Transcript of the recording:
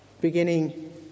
beginning